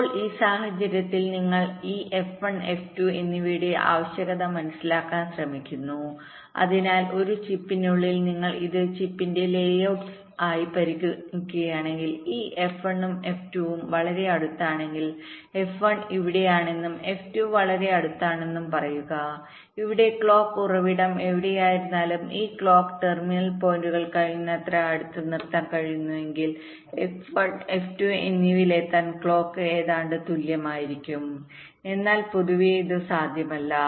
ഇപ്പോൾ ഈ സാഹചര്യത്തിൽ നിങ്ങൾ ഈ F1 F2 എന്നിവയുടെ ആവശ്യകത മനസ്സിലാക്കാൻ ശ്രമിക്കുന്നു അതിനാൽ ഒരു ചിപ്പിനുള്ളിൽ നിങ്ങൾ ഇത് ചിപ്പിന്റെ ലേഔട്ട് ട ആയി പരിഗണിക്കുകയാണെങ്കിൽ ഈ F1 ഉം F2 ഉം വളരെ അടുത്താണെങ്കിൽ F1 ഇവിടെയാണെന്നും F2 വളരെ അടുത്താണെന്നും പറയുക അപ്പോൾ ക്ലോക്ക് ഉറവിടം എവിടെയായിരുന്നാലും ഈ ക്ലോക്ക് ടെർമിനൽ പോയിന്റുകൾകഴിയുന്നത്ര അടുത്ത് നിർത്താൻ കഴിയുമെങ്കിൽ F1 F2 എന്നിവയിലെത്താൻ ക്ലോക്ക് ഏതാണ്ട് തുല്യമായിരിക്കും എന്നാൽ പൊതുവേ ഇത് സാധ്യമല്ല